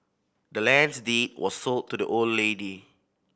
the land's deed was sold to the old lady